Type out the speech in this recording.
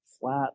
flat